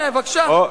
הנה, בבקשה.